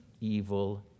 evil